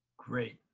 great!